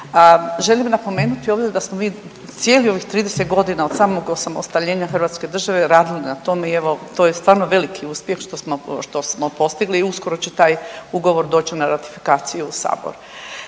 Želim napomenuti ovdje da smo mi cijeli ovih 30.g. od samog osamostaljenja hrvatske države radili na tome i evo to je stvarno veliki uspjeh što smo, što smo postigli i uskoro će taj ugovor doći na ratifikaciju u sabor.